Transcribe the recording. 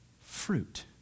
fruit